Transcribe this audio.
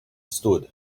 stood